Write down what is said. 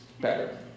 better